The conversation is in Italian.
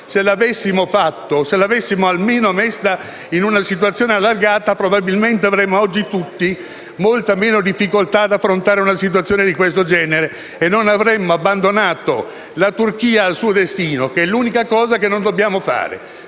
Se l'avessimo fatto, se l'avessimo almeno messa in una situazione allargata, probabilmente oggi avremmo tutti molta meno difficoltà ad affrontare una situazione di questo genere e non avremmo abbandonato la Turchia al suo destino. Questa è l'unica cosa che non dobbiamo fare: